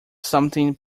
something